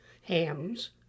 hams